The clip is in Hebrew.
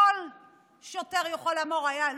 כל שוטר יכול לומר: